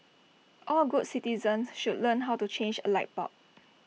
all good citizens should learn how to change A light bulb